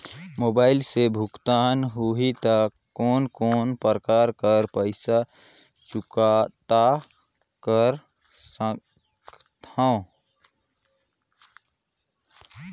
Mobile से भुगतान होहि त कोन कोन प्रकार कर पईसा चुकता कर सकथव?